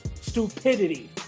Stupidity